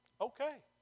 Okay